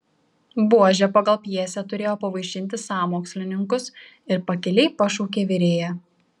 buožė pagal pjesę turėjo pavaišinti sąmokslininkus ir pakiliai pašaukė virėją